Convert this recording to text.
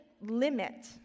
limit